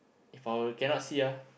if I were cannot see ah